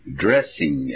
dressing